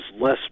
less